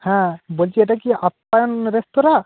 হ্যাঁ বলছি এটা কি আপ্যায়ন রেস্তোরাঁ